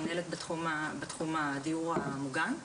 אני מנהלת בתחום הדיור המוגן.